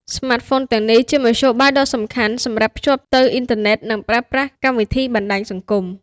ស្មាតហ្វូនទាំងនេះជាមធ្យោបាយដ៏សំខាន់សម្រាប់ភ្ជាប់ទៅអ៊ីនធឺណិត និងប្រើប្រាស់កម្មវិធីបណ្តាញសង្គម។